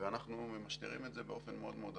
ואנחנו ממשטרים את זה באופן מאוד מאוד הדוק.